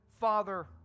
father